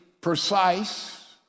precise